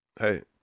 Hey